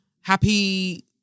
Happy